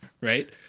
right